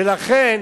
ולכן,